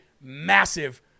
massive